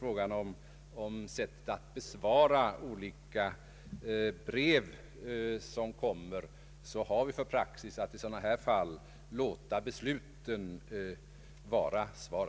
Vad beträffar sättet att besvara olika brev som kommer har vi för praxis att i sådana här fall låta besluten utgöra svar.